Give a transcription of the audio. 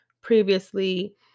previously